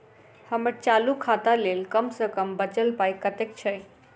हम्मर चालू खाता लेल कम सँ कम बचल पाइ कतेक छै?